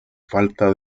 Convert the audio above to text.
falta